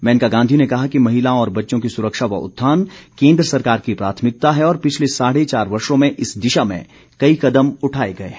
मेनका गांधी ने कहा कि महिलाओं और बच्चों की सुरक्षा व उत्थान केन्द्र सरकार की प्राथमिकता है और पिछले साढे चार वर्षों में इस दिशा में कई कदम उठाए गए हैं